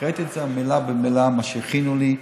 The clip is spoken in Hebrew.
הקראתי מילה במילה את מה שהכינו לי.